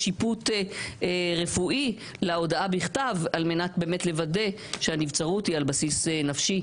שיפוט רפואי להודעה בכתב על מנת לוודא שהנבצרות היא על בסיס נפשי.